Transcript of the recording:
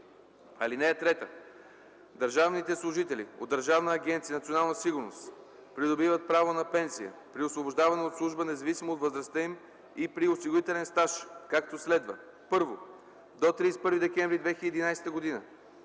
следователи. (3) Държавните служители от Държавна агенция “Национална сигурност” придобиват право на пенсия при освобождаване от служба независимо от възрастта им и при осигурителен стаж, както следва: 1. до 31 декември 2011 г.